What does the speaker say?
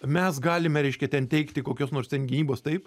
mes galime reiškia ten teikti kokios nors ten gynybos taip